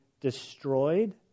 destroyed